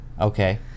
Okay